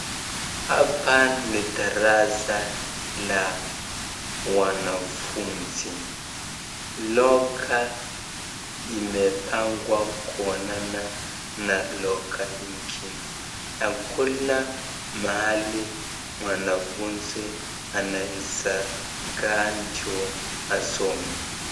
Hapa ni darasa la wanafunzi. Locker imepangwa kuonana na locker ingine hakuna mahali mwanafunzi anaeza kaa ndo asome.